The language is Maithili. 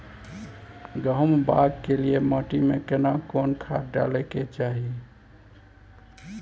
गहुम बाग के लिये माटी मे केना कोन खाद डालै के चाही?